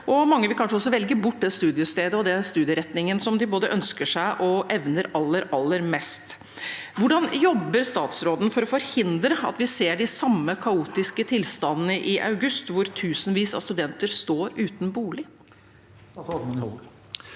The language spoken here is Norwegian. kanskje også velge bort det studiestedet og den studieretningen som de både evner og ønsker seg aller, aller mest. Hvordan jobber statsråden for å forhindre at vi ser de samme kaotiske tilstandene i august, hvor tusenvis av studenter står uten bolig?